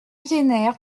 wiener